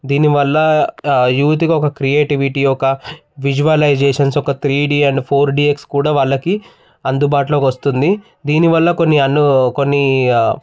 దీనివల్ల యూత్ ఒక క్రియేటివిటీ ఒక విజువలైజేషన్స్ ఒక three D and four D X కూడా వాళ్ళకి అందుబాటులోకి వస్తుంది దీనివల్ల కొన్ని అనూ కొన్నీ